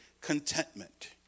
contentment